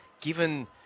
given